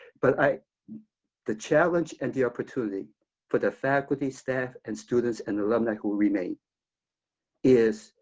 but i mean the challenge and the opportunity for the faculty, staff, and students, and alumni who remain is,